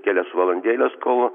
kelias valandėles kol